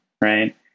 Right